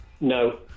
No